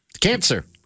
cancer